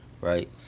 right